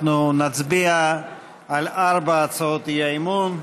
אנחנו נצביע על ארבע הצעות האי-אמון.